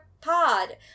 Pod